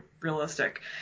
realistic